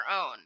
own